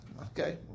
Okay